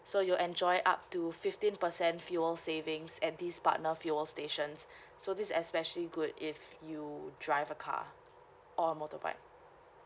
so you'll enjoy up to fifteen percent fuel savings at this partner fuel stations so this especially good if you drive a car or a motorbike